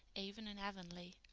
even in avonlea.